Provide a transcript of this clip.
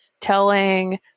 telling